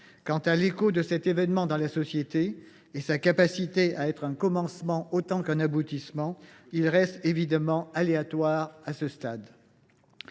droite. L’écho de cet événement dans la société et sa capacité à être un commencement autant qu’un aboutissement restent évidemment aléatoires à ce stade.